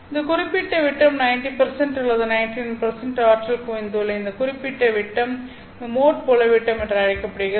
இந்த குறிப்பிட்ட விட்டம் 90 அல்லது 99 ஆற்றல் குவிந்துள்ள இந்த குறிப்பிட்ட விட்டம் மோட் புல விட்டம் என அழைக்கப்படுகிறது